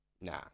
nah